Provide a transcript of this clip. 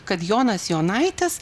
kad jonas jonaitis